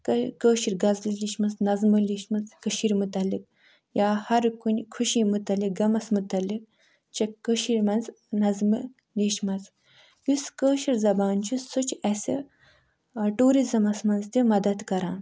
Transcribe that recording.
کٲ کٲشِر غزلہٕ لیچھمَژ نظمہٕ لیچھمَژ کٔشیٖرِ مُطلِق یا ہر کُنہِ خوشی مُطلِق غَمَس مُطلِق چھِ کٔشیٖرِ منٛز نظمہٕ لیچھمَژٕ یُس کٲشِر زبان چھِ سُہ چھِ اَسہِ ٹوٗرِزٕمَس منٛز تہِ مدتھ کران